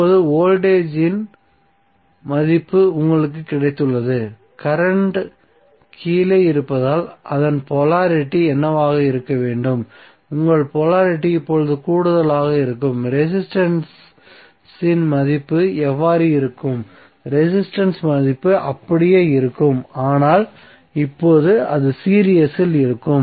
இப்போது வோல்டேஜ் இன் மதிப்பு உங்களுக்கு கிடைத்துள்ளது கரண்ட் கீழே இருப்பதால் அதன் போலாரிட்டி என்னவாக இருக்க வேண்டும் உங்கள் போலாரிட்டி இப்போது கூடுதலாக இருக்கும் ரெசிஸ்டன்ஸ் இன் மதிப்பு என்னவாக இருக்கும் ரெசிஸ்டன்ஸ் மதிப்பு அப்படியே இருக்கும் ஆனால் இப்போது அது சீரிஸ் இல் இருக்கும்